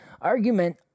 argument